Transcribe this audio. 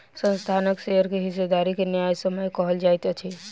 संस्थानक शेयर के हिस्सेदारी के न्यायसम्य कहल जाइत अछि